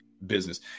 business